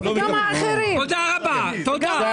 המוכר הבלתי רשמי במגזר הערבי ובמגזר